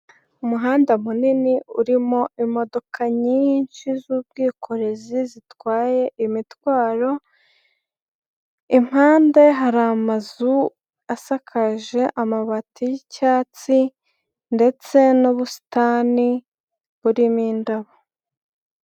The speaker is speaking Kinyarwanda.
Umuhanda munini urimo imodoka nyinshi z'ubwikorezi zitwaye imitwaro, impande hari amazu asakaje amabati y'icyatsi ndetse n'ubusitani burimo indabo.